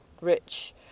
rich